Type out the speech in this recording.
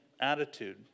attitude